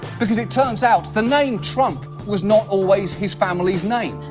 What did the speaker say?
because it turns out the name trump was not always his family's name.